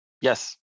yes